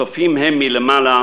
צופים הם מלמעלה,